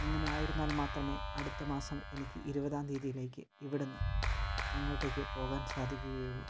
അങ്ങനെ ആയിരുന്നാൽ മാത്രമേ അടുത്ത മാസം എനിക്ക് ഇരുപതാം തീയ്യതിയിലേക്ക് ഇവിടുന്ന് അങ്ങോട്ടേയ്ക്ക് പോകാൻ സാധിക്കുകയുള്ളൂ